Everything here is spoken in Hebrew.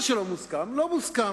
מה שלא מוסכם, לא מוסכם.